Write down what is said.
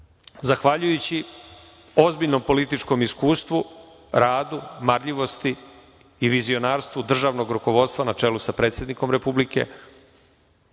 zahvaljujući ozbiljnom političkom iskustvu, radu, marljivosti i vizionarstvu državnog rukovodstva, na čelu sa predsednikom Republike,